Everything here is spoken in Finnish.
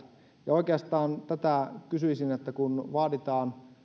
oikeastaan siitä kysyisin kun vaaditaan